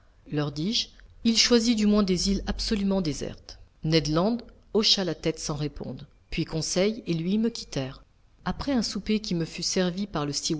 leur dis-je il choisit du moins des îles absolument désertes ned land hocha la tête sans répondre puis conseil et lui me quittèrent après un souper qui me fut servi par le